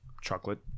chocolate